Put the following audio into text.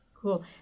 Cool